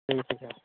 ठीक है